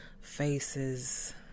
faces